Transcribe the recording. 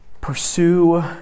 Pursue